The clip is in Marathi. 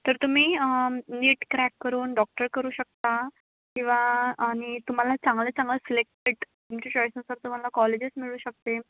तर तुम्ही नीट क्रॅक करून डॉक्टर करू शकता किंवा आणि तुम्हाला चांगल्यात चांगलं सिलेक्टेड तुमच्या चॉईसनुसार तुम्हाला कॉलेजेस मिळू शकते